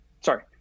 sorry